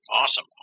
Awesome